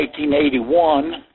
1981